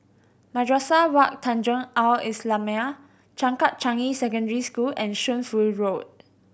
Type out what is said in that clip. Madrasah Wak Tanjong Al Islamiah Changkat Changi Secondary School and Shunfu Road